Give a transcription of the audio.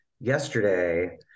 yesterday